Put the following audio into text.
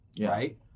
Right